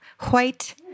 white